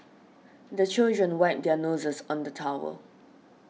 the children wipe their noses on the towel